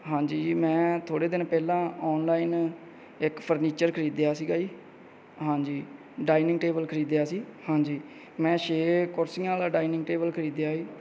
ਹਾਂਜੀ ਜੀ ਮੈਂ ਥੋੜ੍ਹੇ ਦਿਨ ਪਹਿਲਾਂ ਔਨਲਾਈਨ ਇੱਕ ਫਰਨੀਚਰ ਖਰੀਦਿਆ ਸੀਗਾ ਜੀ ਹਾਂਜੀ ਡਾਇਨਿੰਗ ਟੇਬਲ ਖਰੀਦਿਆ ਸੀ ਹਾਂਜੀ ਮੈਂ ਛੇ ਕੁਰਸੀਆਂ ਵਾਲਾ ਡਾਇਨਿੰਗ ਟੇਬਲ ਖਰੀਦਿਆ ਜੀ